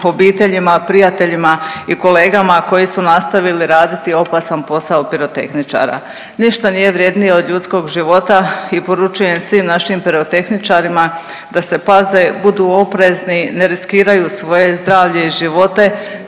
obiteljima, prijateljima i kolegama koji su nastavili raditi opasan posao pirotehničara. Ništa nije vrijednije od ljudskog života i poručujem svim našim pirotehničarima da se paze, budu oprezni, ne riskiraju svoje zdravlje i živote